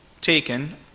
taken